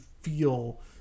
feel